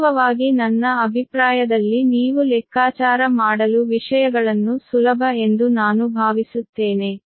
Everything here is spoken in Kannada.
ವಾಸ್ತವವಾಗಿ ನನ್ನ ಅಭಿಪ್ರಾಯದಲ್ಲಿ ನೀವು ಲೆಕ್ಕಾಚಾರ ಮಾಡಲು ವಿಷಯಗಳನ್ನು ಸುಲಭ ಎಂದು ನಾನು ಭಾವಿಸುತ್ತೇನೆ